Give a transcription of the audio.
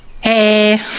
Hey